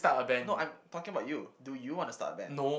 no I'm talking about you do you wanna start a band